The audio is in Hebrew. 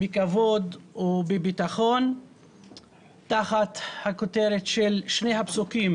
בכבוד ובביטחון תחת הכותרת של שני הפסוקים.